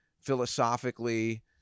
philosophically